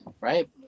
right